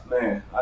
man